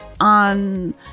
on